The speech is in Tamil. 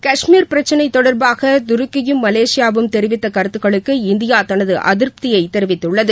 காஷ்மீர் பிரச்சனை தொடர்பாக துருக்கியும் மலேசியாவும் தெரிவித்த கருத்துக்களுக்கு இந்தியா தனது அதிருப்தியை தெரிவித்துள்ளது